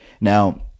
Now